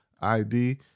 id